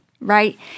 right